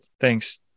thanks